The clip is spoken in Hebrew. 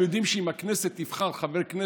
הוא מוכן להיפגש עם פורעי דיר